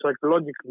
psychologically